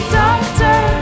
doctor